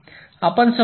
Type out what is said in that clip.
आपण समजून घेऊया